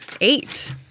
Eight